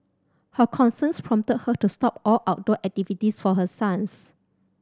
her concerns prompted her to stop all outdoor activities for her sons